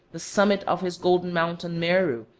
the summit of his golden mountain meru,